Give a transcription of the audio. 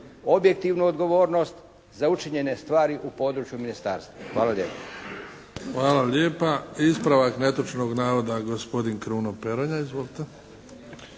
objektivnu odgovornost za učinjene stvari u području ministarstva. Hvala lijepa. **Bebić, Luka (HDZ)** Hvala lijepa. Ispravak netočnog navoda, gospodin Kruno Peronja. Izvolite!